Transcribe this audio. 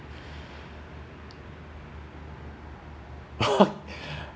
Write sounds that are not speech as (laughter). oh (laughs)